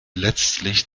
letztlich